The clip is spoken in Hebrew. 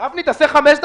רק לקיבוצים יש חברים.